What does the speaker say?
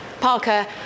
Parker